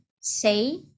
say